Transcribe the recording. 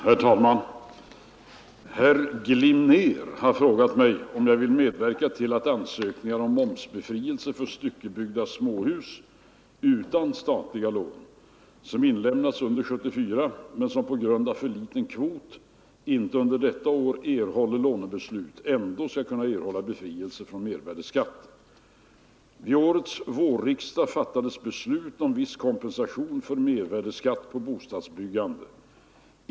Herr talman! Herr Glimnér har frågat mig om jag vill medverka till att ansökningar om momsbefrielse för styckebyggda småhus, utan statliga lån, som inlämnats under 1974 men som på grund av för liten kvot inte under detta år erhåller lånebeslut ändå skall kunna erhålla befrielse från mervärdeskatt. Vid årets vårriksdag fattades beslut om viss kompensation för mervärdeskatt på bostadsbyggande.